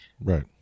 Right